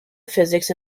physics